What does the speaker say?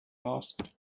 asked